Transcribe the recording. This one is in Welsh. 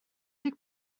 deg